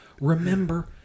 remember